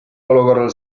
olukorrale